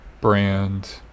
brand